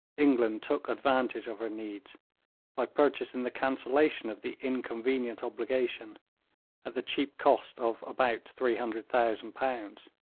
england took advantage of her needs by purchasing the cancellation of the inconvenient obligation at the cheap cost of about three hundred thousand pounds.